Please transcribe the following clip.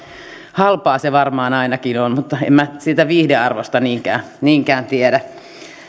halpaa se varmaan ainakin on mutta en minä siitä viihdearvosta niinkään niinkään tiedä